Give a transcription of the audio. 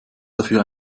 dafür